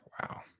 Wow